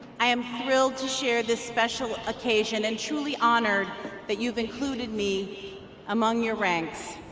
i am thrilled to share this special occasion and truly honored that you've included me among your ranks.